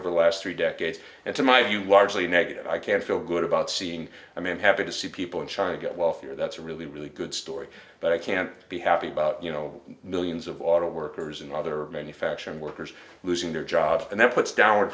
over the last three decades yes and to my view largely negative i can feel good about seeing a man happy to see people in china get wealthy or that's a really really good story but i can't be happy about you know millions of auto workers and other manufacturing workers losing their jobs and that puts downward